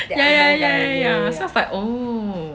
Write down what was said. ya ya ya ya ya sounds like oh